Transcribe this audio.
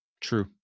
true